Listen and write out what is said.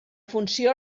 funció